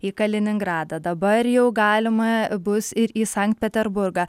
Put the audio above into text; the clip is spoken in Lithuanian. į kaliningradą dabar jau galima bus ir į sankt peterburgą